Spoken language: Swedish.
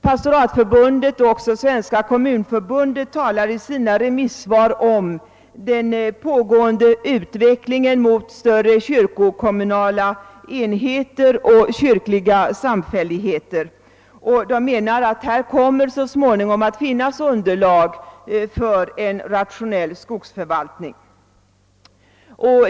Pastoratsförbundet och Svenska kommunförbundet talar i sina remissutlåtanden om den pågående utvecklingen mot större kyrkokommunala enheter och kyrkliga samfälligheter, och de menar att här så småningom kommer fram underlag för en rationell skogsförvaltning.